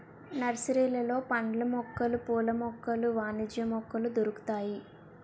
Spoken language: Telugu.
నర్సరీలలో పండ్ల మొక్కలు పూల మొక్కలు వాణిజ్య మొక్కలు దొరుకుతాయి